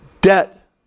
Debt